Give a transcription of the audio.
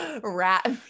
rat